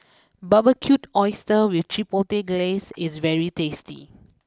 Barbecued Oysters with Chipotle Glaze is very tasty